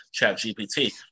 ChatGPT